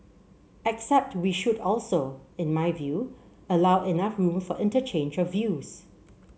except we should also in my view allow enough room for interchange of views